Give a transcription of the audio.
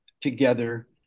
together